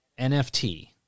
NFT